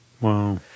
wow